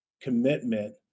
commitment